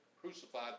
crucified